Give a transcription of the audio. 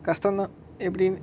கஸ்டோதா எப்டினு:kastotha epdinu